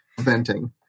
venting